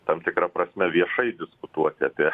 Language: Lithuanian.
tam tikra prasme viešai diskutuoti apie